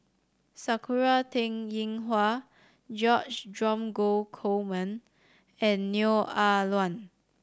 Sakura Teng Ying Hua George Dromgold Coleman and Neo Ah Luan